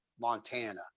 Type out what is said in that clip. montana